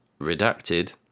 redacted